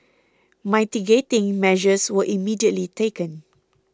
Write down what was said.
mitigating measures were immediately taken